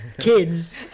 kids